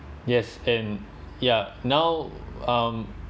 yes and ya now um